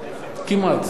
כמעט, כמעט.